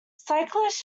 cyclists